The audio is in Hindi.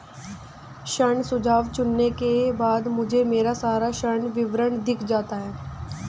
ऋण सुझाव चुनने के बाद मुझे मेरा सारा ऋण विवरण दिख जाता है